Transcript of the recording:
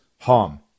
harm